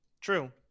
True